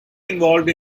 involved